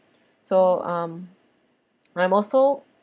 so um I'm also